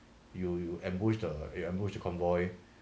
you you ambushed the ambushed a convoy